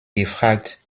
gefragt